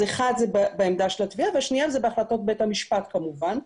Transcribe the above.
השנייה היא בהחלטות בית המשפט כמובן.